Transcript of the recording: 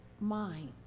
mind